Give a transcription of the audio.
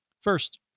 First